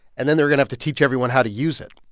and then they're gonna have to teach everyone how to use it.